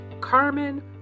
Carmen